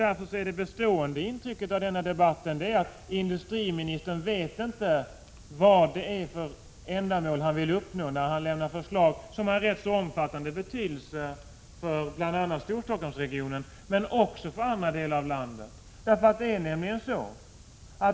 Därför är det bestående intrycket av denna debatt att industriministern inte vet vilket ändamål han vill uppnå när han framlägger dessa förslag, som har rätt stor betydelse, bl.a. för Stockholmsregionen men också för andra delar av landet.